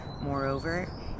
Moreover